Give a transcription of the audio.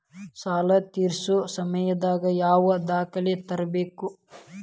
ಸಾಲಾ ತೇರ್ಸೋ ಸಮಯದಾಗ ಯಾವ ದಾಖಲೆ ತರ್ಬೇಕು?